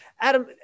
Adam